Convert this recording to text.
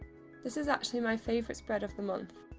this is actually my favourite spread of the month.